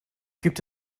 gibt